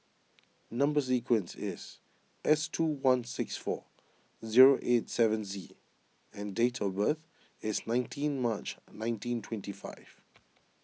Number Sequence is S two one six four zero eight seven Z and date of birth is nineteen March nineteen twenty five